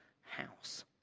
house